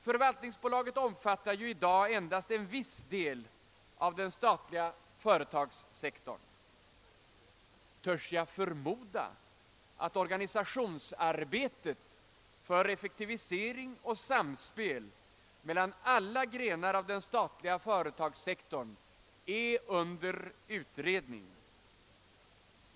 Förvaltningsbolaget omfattar i dag endast en viss del av den statliga företagssektorn. Törs jag förmoda att frågan om organisationsarbetet för effektivisering och samspel mellan alla grenar av den statliga företagssektorn är under utredning.